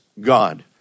God